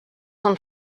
són